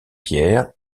pierre